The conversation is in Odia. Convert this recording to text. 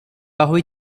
ହୋଇ